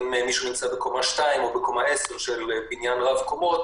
אם מישהו נמצא בקומה שנייה או בקומה עשירית של בניין רב-קומות,